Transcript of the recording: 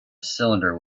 cylinder